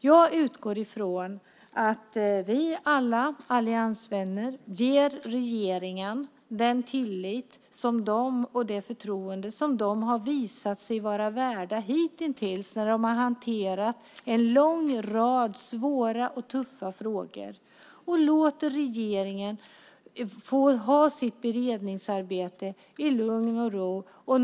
Jag utgår ifrån att vi alla alliansvänner ger regeringen den tillit och det förtroende som den har visat sig vara värd hitintills när den har hanterat en lång rad svåra och tuffa frågor och låter regeringen få ha sitt beredningsarbete i lugn och ro.